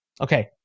Okay